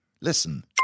Listen